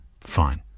Fine